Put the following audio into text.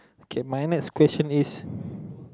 okay my next question is